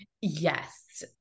Yes